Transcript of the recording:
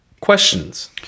Questions